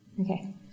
Okay